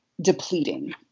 depleting